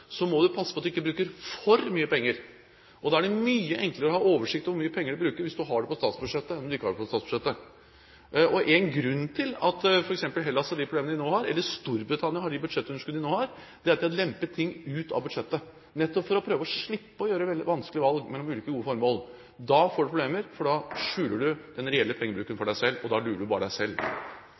må du passe på at du ikke bruker for mye penger. Det er mye enklere å ha oversikt over hvor mye penger du bruker, hvis du har det på statsbudsjettet – enn om du ikke har det på statsbudsjettet. En grunn til at f.eks. Hellas har de problemene de nå har, eller at Storbritannia har de budsjettunderskuddene de nå har, er at de har lempet ting ut av budsjettet, nettopp for å prøve å slippe å gjøre veldig vanskelige valg mellom ulike gode formål. Da får du problemer, for da skjuler du den reelle pengebruken for deg selv – og da lurer du bare deg selv.